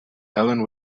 helen